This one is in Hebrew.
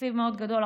תקציב מאוד גדול,